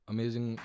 Amazing